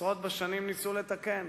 עשרות בשנים ניסו לתקן.